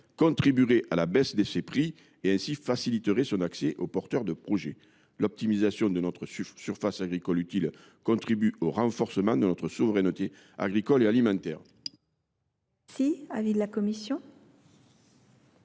contribuerait à la baisse des prix et faciliterait ainsi l’accès aux porteurs de projet. L’optimisation de notre surface agricole utile participe au renforcement de notre souveraineté agricole et alimentaire.